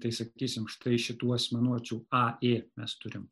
tai sakysim štai šitų asmenuočių a ė mes turim